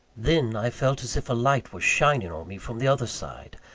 then, i felt as if a light were shining on me from the other side.